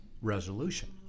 resolution